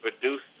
produce